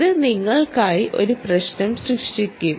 ഇത് നിങ്ങൾക്കായി ഒരു പ്രശ്നം സൃഷ്ടിക്കും